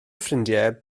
ffrindiau